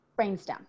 brainstem